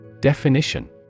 Definition